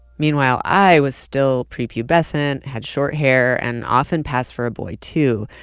meanwhile i was still pre-pubescent, had short hair and often passed for a boy too.